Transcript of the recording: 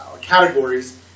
categories